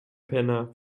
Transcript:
penner